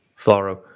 Floro